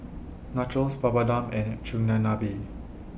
Nachos Papadum and Chigenabe